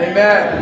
Amen